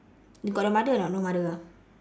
you got the mother or not no mother ah